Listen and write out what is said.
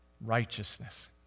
righteousness